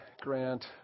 grant